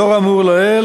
לאור האמור לעיל,